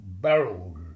barrels